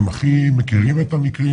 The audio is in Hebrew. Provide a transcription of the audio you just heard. הם הכי מכירים את הילדים,